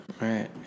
Right